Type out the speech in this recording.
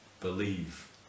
believe